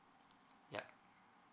yup